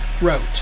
wrote